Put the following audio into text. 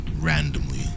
randomly